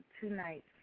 tonight